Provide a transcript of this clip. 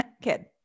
kid